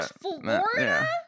Florida